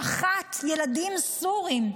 שחט ילדים סורים,